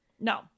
no